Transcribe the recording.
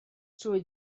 trwy